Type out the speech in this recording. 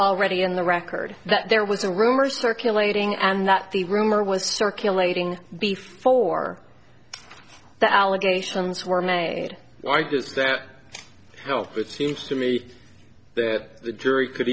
already in the record that there was a rumor circulating and that the rumor was circulating before the allegations were made why does that help it seems to me that the jury could